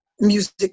music